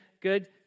Good